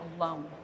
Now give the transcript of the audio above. alone